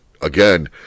again